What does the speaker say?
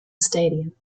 stadium